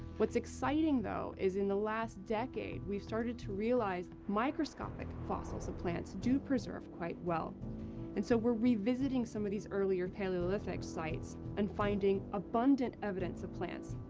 what's exciting though, is in the last decade we've started to realize microscopic fossils of plants do preserve quite well and so we're revisiting some of these earlier paleolithic sites and finding abundant evidence of plants.